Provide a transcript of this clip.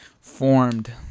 formed